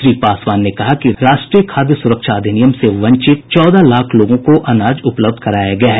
श्री पासवान ने कहा कि राज्य के राष्ट्रीय खाद्य सुरक्षा अधिनियम से वंचित चौदह लाख लोगों को अनाज उपलब्ध कराया गया है